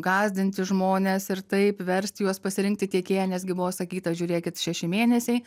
gąsdinti žmones ir taip versti juos pasirinkti tiekėją nes gi buvo sakyta žiūrėkit šeši mėnesiai